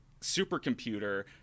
supercomputer